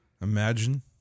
imagine